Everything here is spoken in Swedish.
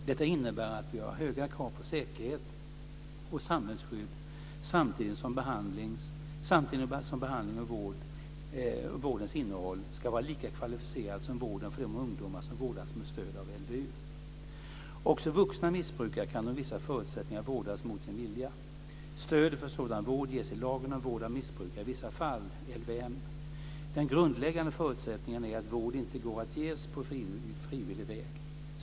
Detta innebär att vi har höga krav på säkerhet och samhällsskydd samtidigt som behandlingens och vårdens innehåll ska vara lika kvalificerad som vården för de ungdomar som vårdas med stöd av LVU. Också vuxna missbrukare kan under vissa förutsättningar vårdas mot sin vilja. Stöd för sådan vård ges i lagen om vård av missbrukare i vissa fall . Den grundläggande förutsättningen är att vård inte går att ges på frivillig väg.